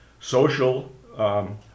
social